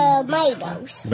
tomatoes